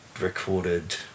recorded